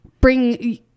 bring